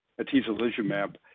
atezolizumab